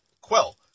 Quell